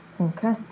Okay